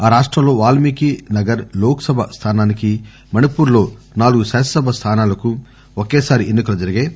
ఆ రాష్టంలో వాల్మీకీ నగర్ లోక్ సభ స్థానానికి మణిపూర్ లో నాలుగు శాసనసభ స్థానాలకు ఒకేసారి ఎన్ని కలు జరిగాయి